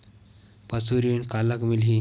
पशु ऋण काला मिलही?